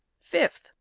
fifth